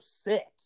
sick